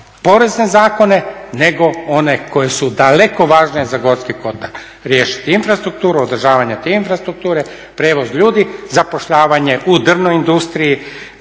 porezne zakone nego one koji su daleko važni za Gorski Kotar. Riješiti infrastrukturu, održavanje te infrastrukture, prijevoz ljudi, zapošljavanje u drvnoj industriji,